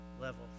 level